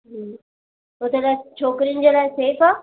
हूं उते लाइ छोकिरियुनि जे लाइ सेफ आहे